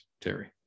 Terry